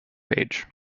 page